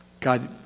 God